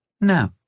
No